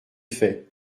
fait